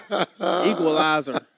Equalizer